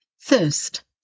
Thirst